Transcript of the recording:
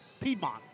Piedmont